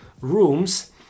rooms